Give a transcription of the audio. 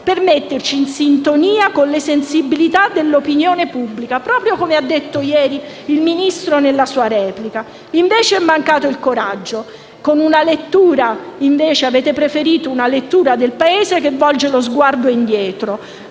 per metterci in sintonia con le sensibilità dell'opinione pubblica, proprio come ha detto ieri il Ministro nella sua replica. Invece è mancato il coraggio. Avete preferito una lettura del Paese che volge lo sguardo indietro,